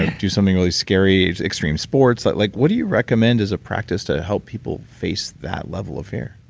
do something really scary, extreme sports? like like what do you recommend as a practice to help people face that level of fear?